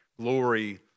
glory